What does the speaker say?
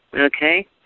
Okay